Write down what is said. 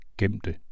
gemte